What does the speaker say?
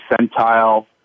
percentile